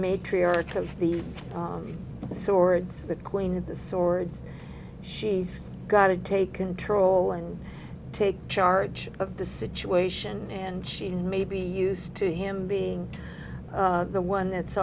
matriarch of the swords the queen of the swords she's got to take control and take charge of the situation and she may be used to him being the one that's